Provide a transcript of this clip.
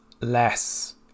less